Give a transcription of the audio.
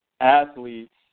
athletes